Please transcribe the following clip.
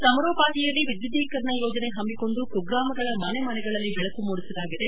ಸಮಾರೋಪಾದಿಯಲ್ಲಿ ವಿದ್ಯುದೀಕರಣ ಯೋಜನೆ ಹಮ್ತಿಕೊಂಡು ಕುಗ್ರಾಮಗಳ ಮನೆ ಮನೆಗಳಲ್ಲಿ ಬೆಳಕು ಮೂಡಿಸಲಾಗಿದೆ